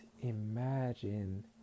imagine